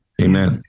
Amen